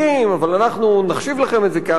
אבל אנחנו נחשיב לכם את זה כהכנסה.